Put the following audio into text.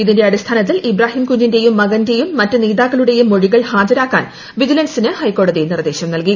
ഇതിന്റെ അടിസ്ഥാനത്തിൽ ഇബ്രാഹിം കുഞ്ഞിന്റേയും മകന്റേയും മറ്റ് നേതാക്കളുടേയും ക്രമാഴികൾ ഹാജരാക്കാൻ വിജിലൻസിന് ഹൈക്കോടതി നിർദ്ദേശ്ശാ ്നൽകി